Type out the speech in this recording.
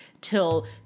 till